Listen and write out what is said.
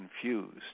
confused